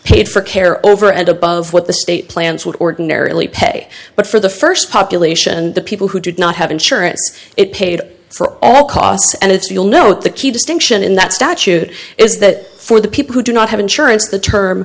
paid for care over and above what the state plans would ordinarily pay but for the first population the people who did not have insurance it paid for all costs and it's you'll note the key distinction in that statute is that for the people who do not have insurance the term